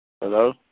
Hello